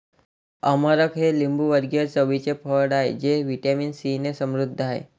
अमरख हे लिंबूवर्गीय चवीचे फळ आहे जे व्हिटॅमिन सीने समृद्ध आहे